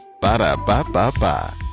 ba-da-ba-ba-ba